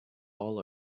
all